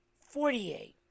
Forty-eight